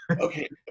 okay